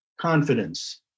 confidence